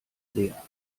sehr